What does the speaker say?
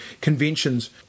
conventions